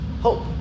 hope